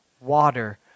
water